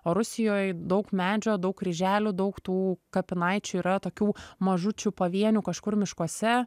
o rusijoj daug medžio daug kryželių daug tų kapinaičių yra tokių mažučių pavienių kažkur miškuose